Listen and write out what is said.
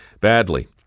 badly